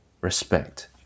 respect